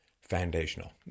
foundational